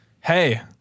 Hey